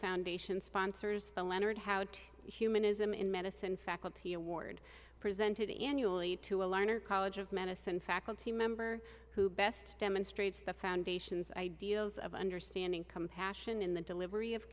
foundation sponsors the leonard how to humanism in medicine faculty award presented annually to a learner college of medicine faculty member who best demonstrates the foundation's ideals of understanding compassion in the delivery of